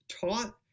taught